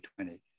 2020